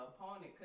opponent